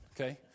okay